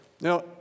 Now